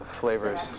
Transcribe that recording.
flavors